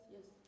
yes